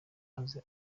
aze